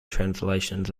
translations